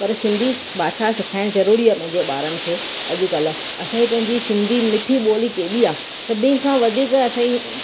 पर सिंधी भाषा सेखारणु ज़रूरी आहे पंहिंजे ॿारनि खे अॼुकल्ह असांजी पंहिंजी सिंधी मिठी ॿोली केॾी आहे सभई खां वधीक असांजी